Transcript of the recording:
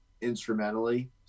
instrumentally